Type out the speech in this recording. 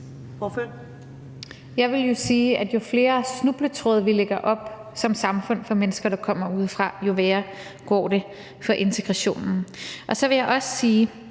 Jeg ville jo sige, at jo flere snubletråde, vi som samfund lægger ud for mennesker, der kommer udefra, jo værre går det for integrationen. Og så vil jeg også sige,